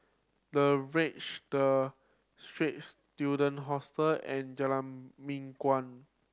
The Verge The Straits Student Hostel and Jalan Mingguan